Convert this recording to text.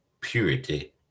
purity